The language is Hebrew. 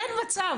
אין מצב